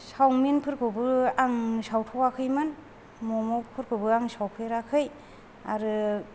चावमिनफोरखौबो आं सावथ'वाखैमोन मम'फोरखौबो आं सावफेराखै आरो